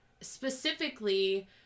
specifically